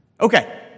Okay